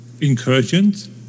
incursions